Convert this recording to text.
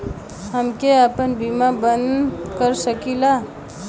हमके आपन बीमा बन्द कर सकीला?